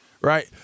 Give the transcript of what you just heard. right